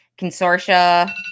consortia